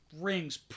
rings